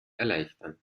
erleichtern